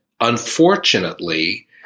unfortunately